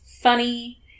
funny-